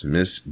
Miss